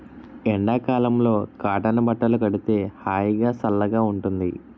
ఎండ కాలంలో కాటన్ బట్టలు కడితే హాయిగా, సల్లగా ఉంటుంది